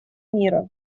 мира